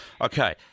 Okay